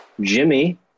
Jimmy